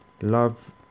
love